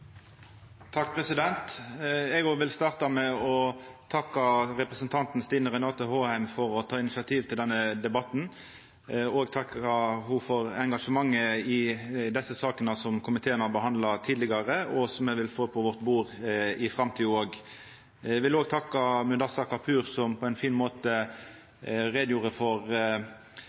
Eg vil òg starta med å takka representanten Stine Renate Håheim for å ha teke initiativ til denne debatten. Eg vil takka ho for engasjementet i desse sakene, som komiteen har behandla tidlegare, og som me vil få på vårt bord i framtida òg. Eg vil òg takka Mudassar Kapur, som på ein fin måte gjorde greie for